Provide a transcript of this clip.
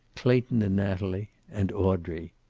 clayton and natalie, and audrey.